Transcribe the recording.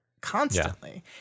constantly